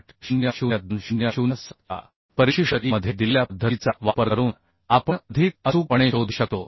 800 2007 च्या परिशिष्ट E मध्ये दिलेल्या पद्धतीचा वापर करून आपण अधिक अचूकपणे शोधू शकतो